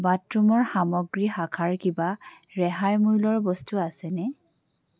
বাথৰুমৰ সামগ্ৰী শাখাৰ কিবা ৰেহাই মূল্যৰ বস্তু আছেনে